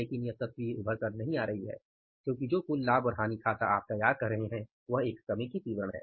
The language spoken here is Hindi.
लेकिन यह तस्वीर उभर कर नहीं आ रही है क्योंकि जो कुल लाभ और हानि खाता आप तैयार कर रहे हैं वह समेकित विवरण है